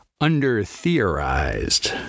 under-theorized